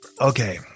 okay